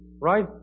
Right